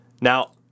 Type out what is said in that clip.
Now